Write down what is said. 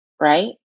right